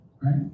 right